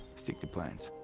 stick to plants.